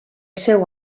seu